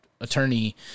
attorney